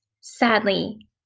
Sadly